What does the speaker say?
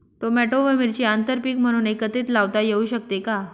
Tomato व मिरची आंतरपीक म्हणून एकत्रित लावता येऊ शकते का?